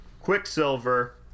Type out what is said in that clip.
Quicksilver